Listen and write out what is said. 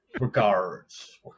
Regards